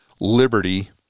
Liberty